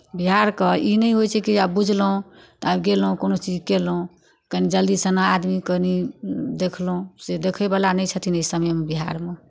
बिहारके ई नहि होइ छै कि आब बुझलहुँ तऽ आब गेलहुँ कोनो चीज कयलहुँ कनि जल्दीसँ आदमी कनि देखलहुँ से देखयवला नहि छथिन एहि समयमे बिहारमे